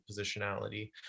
positionality